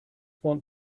want